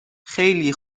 خیلی